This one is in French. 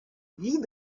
vit